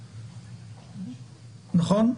נכון?